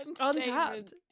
Untapped